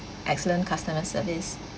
excellent customer service